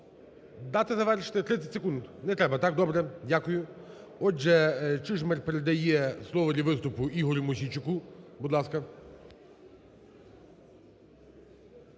Дати завершити 30 секунд? Не треба так, добре. Дякую. Отже, Чижмарь передає слово для виступу Ігорю Мосійчуку, будь ласка.